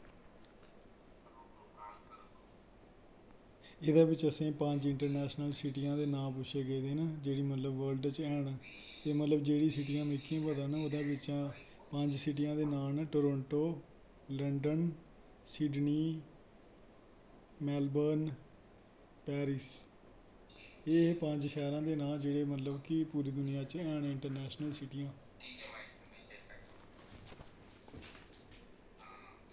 एह्दे बिच्च असेंगी पंज इन्टरनैशनल सीटियें दे नांऽ पुच्छे गेदे न जेह्ड़ी मतलब वर्ल्ड च हैन ते मतलब जेह्ड़ियां सीटियां मिगी पता न ओह्दे बिच्चा पंज सीटियां दे नांऽ न Toronto London Sydney Melbourne Paris एह् हे पंज शैह्रां दे नांऽ जेह्ड़े मतलब कि पूरी दुनियां च हैन इंट्रनैशनल सीटियां